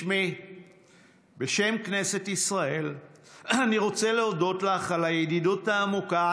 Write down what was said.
בשמי ובשם כנסת ישראל אני רוצה להודות לך על הידידות העמוקה